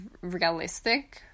realistic